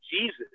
Jesus